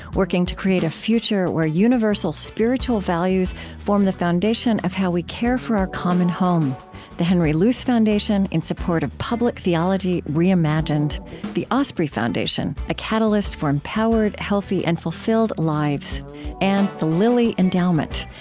working to create a future where universal spiritual values form the foundation of how we care for our common home the henry luce foundation, in support of public theology reimagined the osprey foundation, a catalyst for empowered, healthy, and fulfilled lives and the lilly endowment,